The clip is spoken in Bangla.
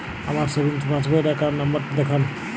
আমার সেভিংস পাসবই র অ্যাকাউন্ট নাম্বার টা দেখান?